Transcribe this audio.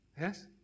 Yes